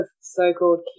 so-called